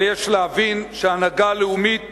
אבל יש להבין שההנהגה הלאומית